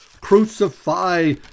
crucify